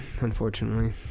Unfortunately